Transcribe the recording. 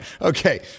Okay